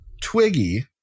Twiggy